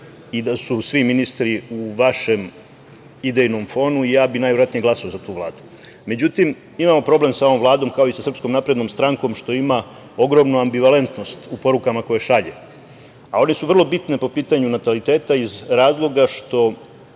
i da su svi ministri u vašem idejnom fonu ja bih najverovatnije glasao za tu Vladu.Međutim, imam problem sa ovom Vladom, kao i sa SNS što ima ogromnu ambivalentnost u porukama koje šalje, a one su vrlo bitne po pitanju nataliteta iz razloga što